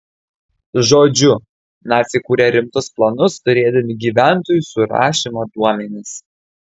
žodžiu naciai kūrė rimtus planus turėdami gyventojų surašymo duomenis